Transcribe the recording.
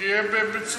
כי הם במצוקה,